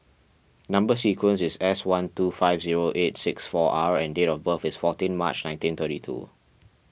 Number Sequence is S one two five zero eight six four R and date of birth is fourteen March nineteen thirty two